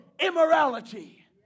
Immorality